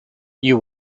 you